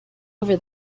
over